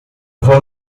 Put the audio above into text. vou